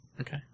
Okay